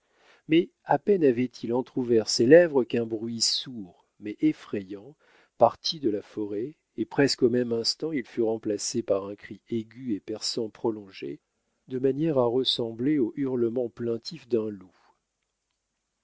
mais à peine avait-il entr'ouvert ses lèvres qu'un bruit sourd mais effrayant partit de la forêt et presque au même instant il fut remplacé par un cri aigu et perçant prolongé de manière à ressembler au hurlement plaintif d'un loup